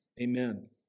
Amen